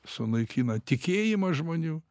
sunaikina tikėjimą žmonių